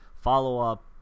follow-up